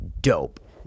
dope